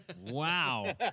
Wow